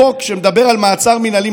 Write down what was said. החוק שמדבר על מעצר מינהלי,